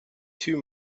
two